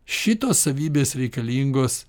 šitos savybės reikalingos